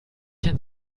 denn